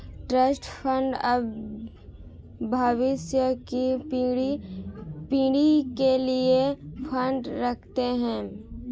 trust fund भविष्य की पीढ़ी के लिए फंड रखते हैं